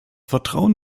vertrauen